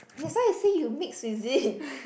that's why you see you mix is it